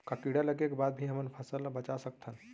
का कीड़ा लगे के बाद भी हमन फसल ल बचा सकथन?